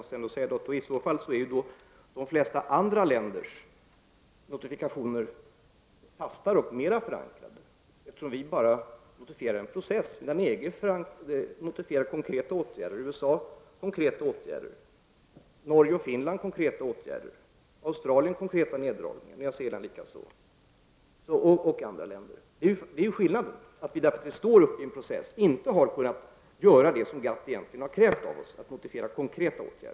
Herr talman! I så fall är de flesta andra länders notifikationer fastare och mer förankrade. Vi notifierar bara en process medan EG notifierar konkreta åtgärder; detsamma gäller USA, Norge och Finland. Australien och Nya Zeeland notifierar konkreta neddragningar. Det gäller också andra länder. Det är skillnaden. Eftersom vi står mitt uppe i en process, har vi inte kunnat göra det som GATT egentligen har krävt av oss, nämligen att notifiera konkreta åtgärder.